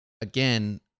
again